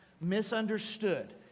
misunderstood